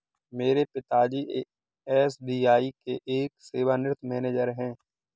मेरे पिता जी एस.बी.आई के एक सेवानिवृत मैनेजर है